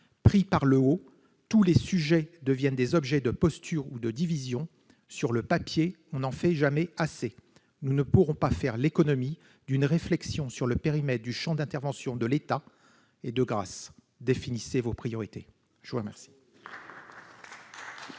Pris par le haut, tous les sujets deviennent des objets de posture ou de division. Sur le papier, on n'en fait jamais assez !» Nous ne pourrons pas faire l'économie d'une réflexion sur le périmètre du champ d'intervention de l'État. De grâce, définissez vos priorités ! Je suis saisi